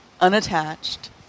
Unattached